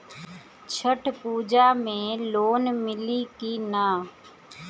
Chhath Puja loan लोन मिली की ना?